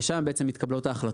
ושם בעצם מתקבלות ההחלטות.